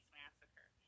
massacre